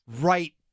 right